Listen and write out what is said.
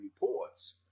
reports